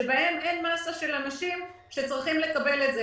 שבהם אין מסה של אנשים שצריכים לקבל אותן.